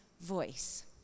voice